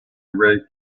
ray